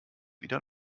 wieder